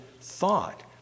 thought